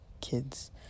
kids